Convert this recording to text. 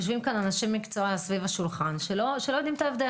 יושבים פה אנשי מקצוע סביב השולחן שלא יודעים את ההבדל,